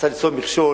צריך למצוא מכשול,